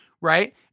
right